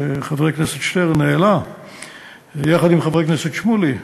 שחבר הכנסת שטרן העלה יחד עם חבר הכנסת שמולי,